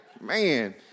Man